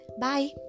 Bye